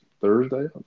Thursday